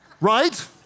Right